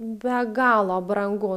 be galo brangu